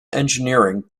engineering